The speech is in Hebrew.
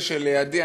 וזה שלידי,